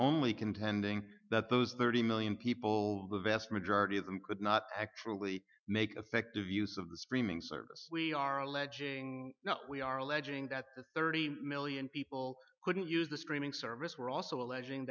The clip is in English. only contending that those thirty million people the vast majority of them could not actually make affective use of the streaming service we are alleging now we are alleging that the thirty million people couldn't use the streaming service were also alleging